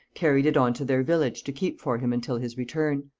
carried it on to their village to keep for him until his return.